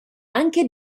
anche